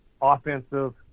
offensive